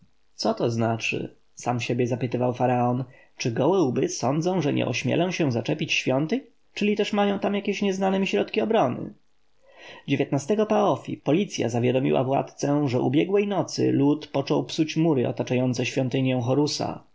co to znaczy sam siebie zapytywał faraon czy gołe łby sądzą że nie ośmielę się zaczepić świątyń czyli też mają jakieś nieznane mi środki obrony nas paf policya zawiadomiła władcę że ubiegłej nocy lud począł psuć mury otaczające świątynię horusa